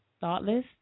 thoughtless